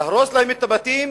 להרוס להם את הבתים